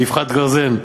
באבחת גרזן,